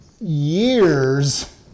years